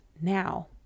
Now